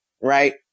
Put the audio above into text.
right